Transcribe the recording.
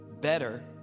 better